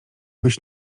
byś